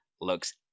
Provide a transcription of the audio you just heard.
looks